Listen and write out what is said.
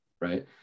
right